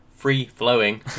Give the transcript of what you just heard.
free-flowing